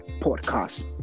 Podcast